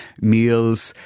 meals